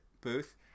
Booth